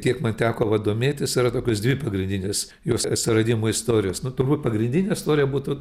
kiek man teko va domėtis yra tokios dvi pagrindinės jos atsiradimo istorijos nuturbū pagrindinė istorija būtų